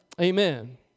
Amen